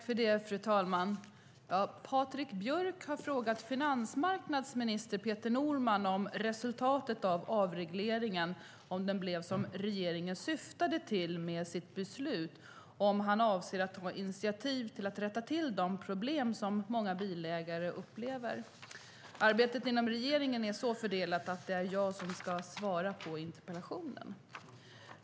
Fru talman! Patrik Björck har frågat finansmarknadsminister Peter Norman om resultatet av avregleringen blev det som regeringen syftade till med sitt beslut, och om han avser att ta initiativ till att rätta till de problem som många bilägare upplever. Arbetet inom regeringen är så fördelat att det är jag som ska svara på interpellationen.